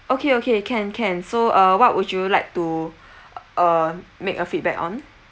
okay okay can can so uh what would you like to uh make a feedback on